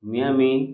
Miami